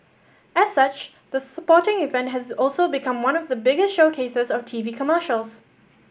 as such the sporting event has also become one of the biggest showcases of TV commercials